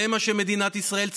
זה מה שמדינת ישראל צריכה.